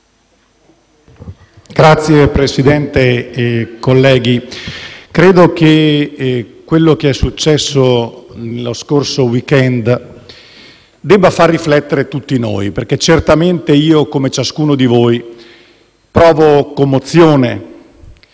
Signor Presidente, colleghi, credo che quanto accaduto lo scorso *weekend* debba far riflettere tutti noi perché certamente io, come ciascuno di voi, provo commozione.